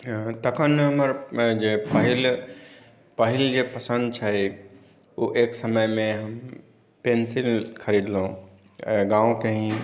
तखन हमर जे पहिल जे पसन्द छै ओ एक समयमे हम पेन्सिल खरिदलहूँ गाँवके ही